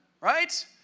right